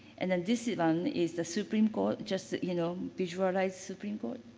and then this one is the supreme court, just you know, visualize supreme court.